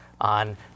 on